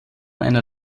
einer